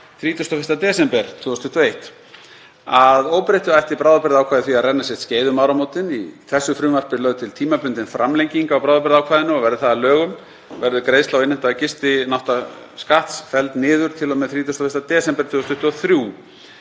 31. desember 2021. Að óbreyttu ætti bráðabirgðaákvæði því að renna sitt skeið um áramótin. Í þessu frumvarpi er lögð til tímabundin framlenging á bráðabirgðaákvæðinu og verði það að lögum verður greiðsla og innheimta gistináttaskatts felld niður til og með 31. desember 2023.